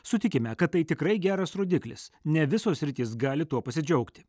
sutikime kad tai tikrai geras rodiklis ne visos sritys gali tuo pasidžiaugti